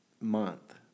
month